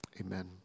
Amen